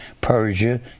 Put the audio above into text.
Persia